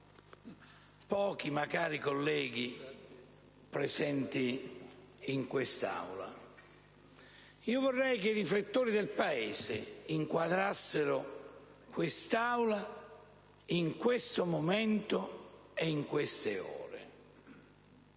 pochi ma cari colleghi presenti in Aula, vorrei che i riflettori del Paese inquadrassero l'Aula in questo momento e in queste ore.